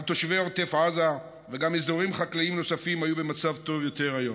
גם תושבי עוטף עזה וגם אזורים חקלאיים נוספים היו במצב טוב יותר היום.